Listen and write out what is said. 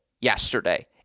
yesterday